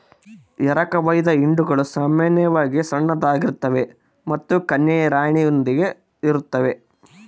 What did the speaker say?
ಎರಕಹೊಯ್ದ ಹಿಂಡುಗಳು ಸಾಮಾನ್ಯವಾಗಿ ಸಣ್ಣದಾಗಿರ್ತವೆ ಮತ್ತು ಕನ್ಯೆಯ ರಾಣಿಯೊಂದಿಗೆ ಇರುತ್ತವೆ